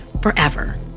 forever